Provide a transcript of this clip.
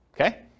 Okay